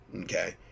okay